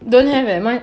don't have eh my